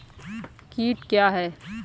कीट क्या है?